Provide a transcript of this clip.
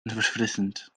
verfrissend